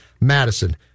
Madison